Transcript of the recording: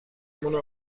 مونم